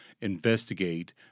investigate